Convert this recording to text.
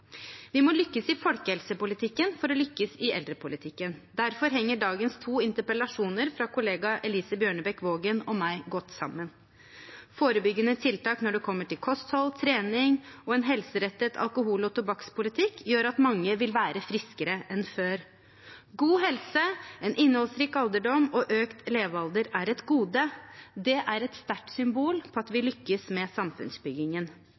Vi må lykkes i folkehelsepolitikken for å lykkes i eldrepolitikken. Derfor henger dagens to interpellasjoner, fra kollega Elise Bjørnebekk-Waagen og meg, godt sammen. Forebyggende tiltak når det kommer til kosthold, trening og en helserettet alkohol- og tobakkspolitikk, gjør at mange vil være friskere enn før. God helse, en innholdsrik alderdom og økt levealder er et gode. Det er et sterkt symbol på at vi lykkes med samfunnsbyggingen.